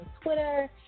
Twitter